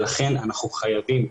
לכן אנחנו חייבים,